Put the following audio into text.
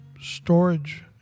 storage